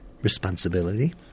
responsibility